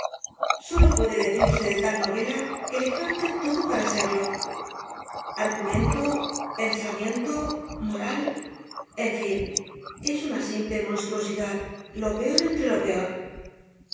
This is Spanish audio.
sólo puede decirse de tal novela que le falta todo para serlo argumento pensamiento moral en fin es una simple monstruosidad lo peor entre lo peor